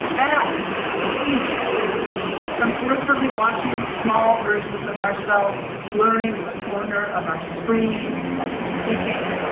as we are seeing from peripherally watching the small versions of ourselves blurring in the corner of our screen as we're speaking,